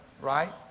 right